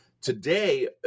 today